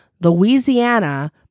Louisiana